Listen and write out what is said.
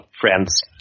friends